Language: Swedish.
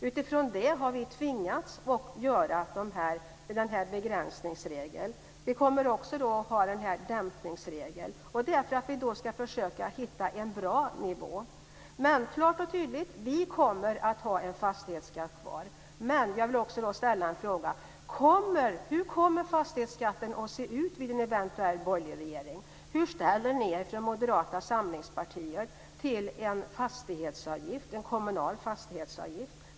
Utifrån det har vi tvingats att göra den här begränsningsregeln. Vi kommer också att ha den här dämpningsregeln, och det är för att vi ska försöka hitta en bra nivå. Jag säger det klart och tydligt: Vi kommer att ha en fastighetsskatt kvar. Men jag vill också då ställa en fråga: Hur kommer fastighetsskatten att se ut vid en eventuell borgerlig regering? Hur ställer ni er från Moderata samlingspartiet till en kommunal fastighetsavgift?